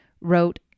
wrote